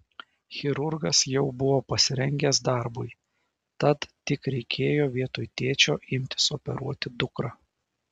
chirurgas jau buvo pasirengęs darbui tad tik reikėjo vietoj tėčio imtis operuoti dukrą